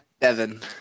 Devin